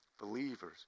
believers